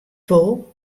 wol